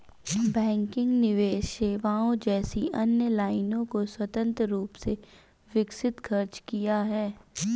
banking निवेश सेवाओं जैसी अन्य लाइनों को स्वतंत्र रूप से विकसित खर्च किया है